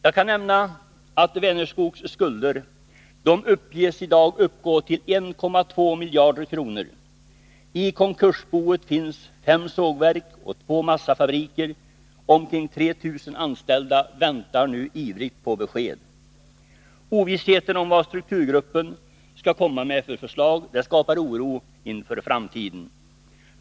Jag kan nämna att Vänerskogs skulder i dag uppges uppgå till 1,2 miljarder kronor. I konkursboet finns fem sågverk och två massafabriker. Omkring 3 000 anställda väntar ivrigt på besked. Ovissheten om vad strukturgruppen skall lägga fram för förslag skapar oro inför framtiden.